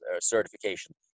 certification